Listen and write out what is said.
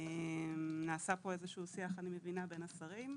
אני מבינה שנעשה שיח בין השרים.